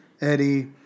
Eddie